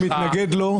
שאני מתנגד לו.